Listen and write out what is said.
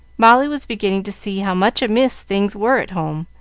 molly was beginning to see how much amiss things were at home,